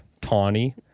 Tawny